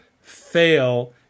fail